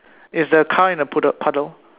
it's the car in the poodle puddle